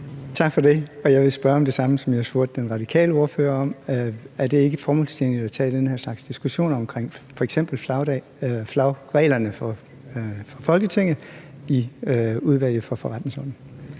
Tak for det, og jeg vil spørge om det samme, som jeg spurgte den radikale ordfører om: Er det ikke formålstjenligt at tage den her slags diskussioner omkring f.eks. flagreglerne for Folketinget i Udvalget for Forretningsordenen?